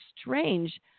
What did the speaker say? strange